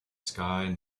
sky